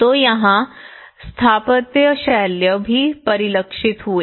तो यहाँ स्थापत्य शैली भी परिलक्षित हुई